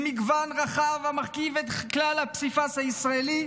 ממגוון רחב המרכיב את כלל הפסיפס הישראלי,